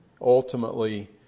ultimately